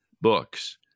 books